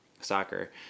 soccer